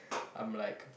I'm like